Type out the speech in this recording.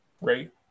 Right